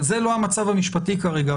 אבל זה לא המצב המשפטי כרגע.